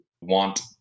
want